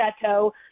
chateau